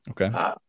Okay